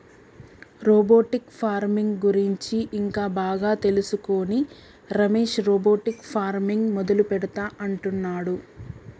robotic farming గురించి ఇంకా బాగా తెలుసుకొని రమేష్ రోబోటిక్ ఫార్మింగ్ మొదలు పెడుతా అంటున్నాడు